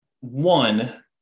One